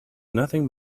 nothing